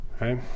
right